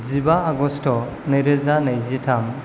जिबा आगस्त' नै रोजा नैजिथाम